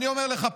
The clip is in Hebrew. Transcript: אני אומר לך,